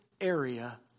area